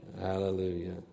Hallelujah